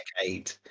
decade